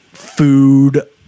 Food